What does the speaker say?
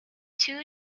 two